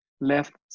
left